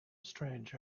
strange